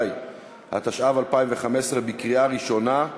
המסים והגברת האכיפה עברה בקריאה ראשונה,